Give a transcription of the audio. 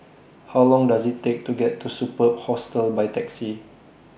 How Long Does IT Take to get to Superb Hostel By Taxi